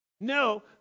No